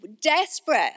desperate